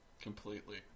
Completely